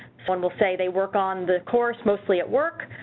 one will say they work on the course mostly at work,